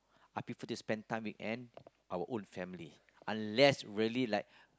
I prefer to spend time with and our own family unless really like